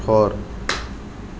ঘৰ